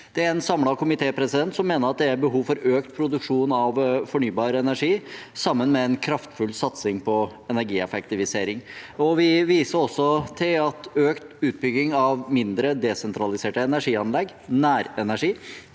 Det er en samlet komité som mener det er behov for økt produksjon av fornybar energi sammen med en kraftfull satsing på energieffektivisering. Vi viser også til at økt utbygging av mindre desentraliserte energianlegg, nærenergi,